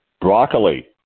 Broccoli